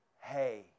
hey